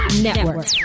Network